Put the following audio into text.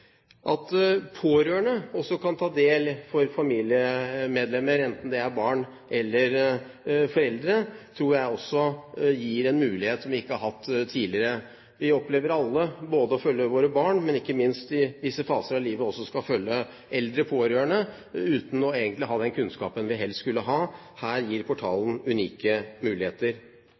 At pårørende også kan ta ansvar for et familiemedlem, enten det er barn eller foreldre, tror jeg også gir en mulighet som vi ikke har hatt tidligere. Vi opplever alle å følge våre barn, men ikke minst i visse faser av livet også eldre pårørende uten egentlig å ha den kunnskapen vi helst skulle ha. Her gir portalen unike muligheter.